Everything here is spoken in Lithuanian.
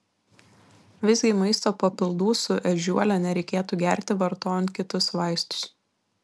visgi maisto papildų su ežiuole nereikėtų gerti vartojant kitus vaistus